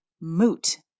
moot